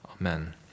Amen